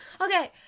Okay